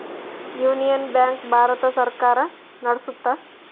union bank Bharat ಸರ್ಕಾರ ನಡ್ಸುತ್ತ